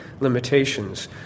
limitations